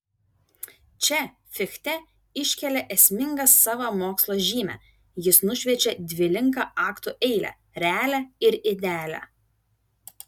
čia fichte iškelia esmingą savo mokslo žymę jis nušviečia dvilinką aktų eilę realią ir idealią